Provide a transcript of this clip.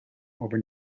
over